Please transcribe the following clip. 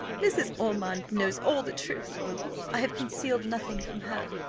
mrs. ormond knows all the truth i have concealed nothing from her.